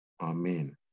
amen